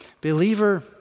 Believer